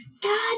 God